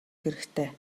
хэрэгтэй